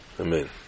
Amen